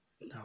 No